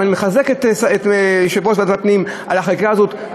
אני מחזק את ידי יושב-ראש ועדת הפנים על החקיקה הזאת.